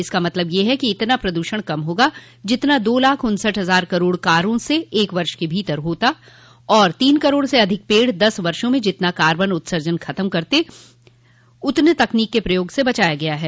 इसका मतलब यह है कि इतना प्रदूषण कम होगा जितना दो लाख उन्सठ हजार करोड़ कारो से एक वर्ष के भीतर होता है और तीन करोड़ से अधिक पेड़ दस वर्षो में जितना कार्बन उर्त्सजन खत्म करेंगे उतना तकनीक के प्रयोग से बचाया गया है